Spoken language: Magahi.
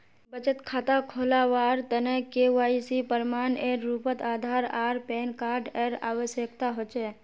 बचत खता खोलावार तने के.वाइ.सी प्रमाण एर रूपोत आधार आर पैन कार्ड एर आवश्यकता होचे